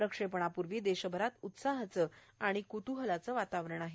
प्रक्षेपणापूर्वी देशभरात उत्साहाचं आणि कुतूहलाचं वातावरण आहे